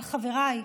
אבל חבריי,